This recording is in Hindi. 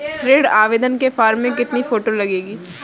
ऋण आवेदन के फॉर्म में कितनी फोटो लगेंगी?